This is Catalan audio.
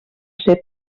ser